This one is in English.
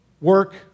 work